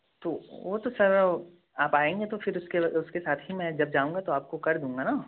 तो वह तो सर आप आएँगे तो फिर उसके उसके साथ ही मैं जब जाऊँगा तो आपको कर दूँगा ना